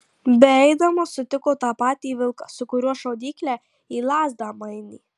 beeidamas sutiko tą patį vilką su kuriuo šaudyklę į lazdą mainė